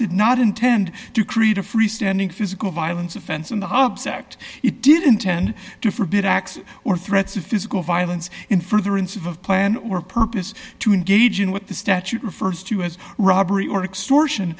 did not intend to create a free standing physical violence offense in the object it didn't tend to forbid acts or threats of physical violence in furtherance of a plan or purpose to engage in what the statute refers to as robbery or extortion